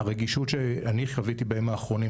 יש משפט שאומר שסטטיסטיקה היא השקר הכי גדול.